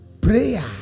Prayer